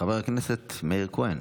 חבר הכנסת מאיר כהן,